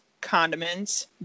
condiments